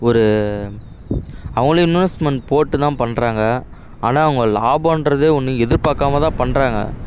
ஒரு அவுங்களும் இன்வெஸ்மெண்ட் போட்டு தான் பண்ணுறாங்க ஆனால் அவங்க லாபன்றதே ஒன்று எதிர்பார்க்காம தான் பண்ணுறாங்க